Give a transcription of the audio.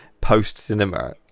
post-cinema